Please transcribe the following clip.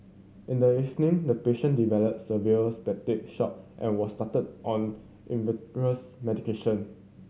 in the evening the patient developed severe septic shock and was started on medication